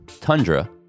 tundra